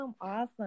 Awesome